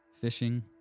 fishing